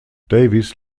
davis